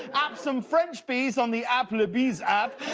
app some french bees on the app, le bees app.